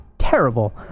Terrible